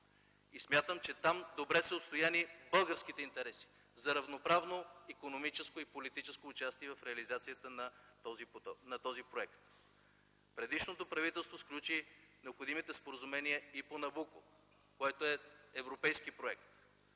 и смятам, че там добре са отстояни българските интереси за равноправно икономическо и политическо участие в реализацията на този проект. Предишното правителство сключи необходимите споразумения и по „Набуко”, който е европейски проект,